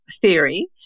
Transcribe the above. theory